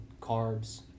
carbs